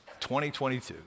2022